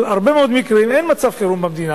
אבל בהרבה מאוד מקרים אין מצב חירום במדינה.